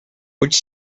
which